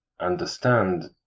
understand